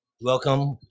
welcome